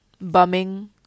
bumming